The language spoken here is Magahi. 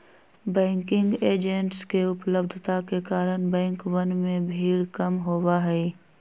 बैंकिंग एजेंट्स के उपलब्धता के कारण बैंकवन में भीड़ कम होबा हई